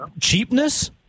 cheapness